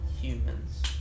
Humans